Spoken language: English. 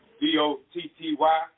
D-O-T-T-Y